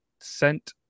sent